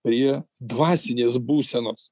prie dvasinės būsenos